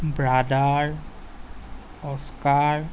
brother oskar